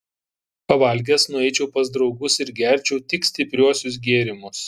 pavalgęs nueičiau pas draugus ir gerčiau tik stipriuosius gėrimus